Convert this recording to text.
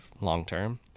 long-term